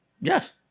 Yes